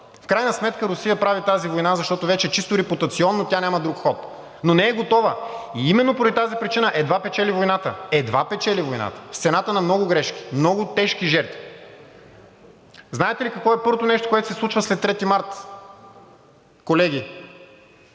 В крайна сметка Русия прави тази война, защото вече чисто репутационно тя няма друг ход, но не е готова и именно поради тази причина едва печели войната, едва печели войната с цената на много грешки, много тежки жертви. Знаете ли какво е първото нещо, което се случва след 3 март, колеги?